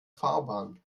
fahrbahn